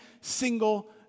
single